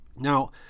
Now